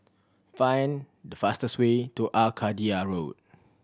find the fastest way to Arcadia Road